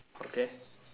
okay